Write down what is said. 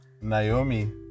naomi